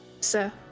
sir